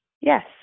yes